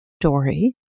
Dory